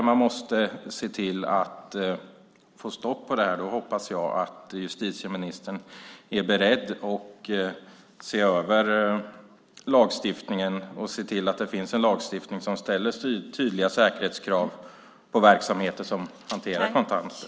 Man måste få stopp på detta, och då hoppas jag att justitieministern är beredd att se över lagstiftningen och se till att det finns en lagstiftning som ställer tydliga säkerhetskrav på verksamheter som hanterar kontanter.